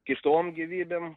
kitom gyvybėm